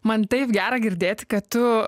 man taip gera girdėti kad tu